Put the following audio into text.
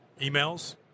emails